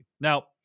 Now